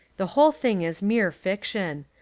the whole thing is mere fiction.